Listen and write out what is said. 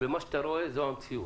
ומה שאתה רואה, זאת המציעות.